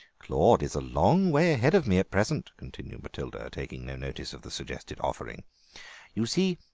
claude is a long way ahead of me at present, continued matilda, taking no notice of the suggested offering you see,